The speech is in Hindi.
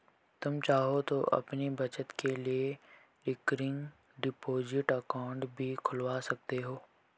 तुम चाहो तो अपनी बचत के लिए रिकरिंग डिपॉजिट अकाउंट भी खुलवा सकते हो